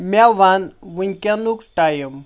مےٚ وَن وٕنکیٚنُک ٹایِم